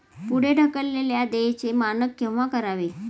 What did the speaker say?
पुढे ढकललेल्या देयचे मानक केव्हा करावे?